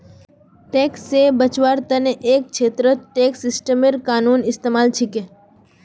tax से बचवार तने एक छेत्रत टैक्स सिस्टमेर कानूनी इस्तेमाल छिके